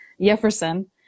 Jefferson